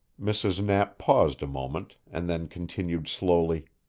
mrs. knapp paused a moment and then continued slowly.